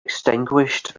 extinguished